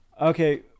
Okay